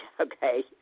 okay